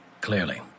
Clearly